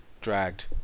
dragged